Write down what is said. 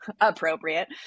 appropriate